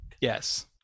Yes